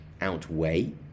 outweigh